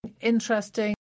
Interesting